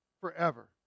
forever